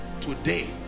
Today